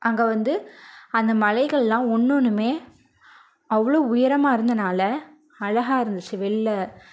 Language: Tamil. அங்கே வந்து அந்த மலைகள்லாம் ஒன்னொன்றுமே அவ்வளோ உயரமாக இருந்ததனால அழகாக இருந்துச்சு வெளில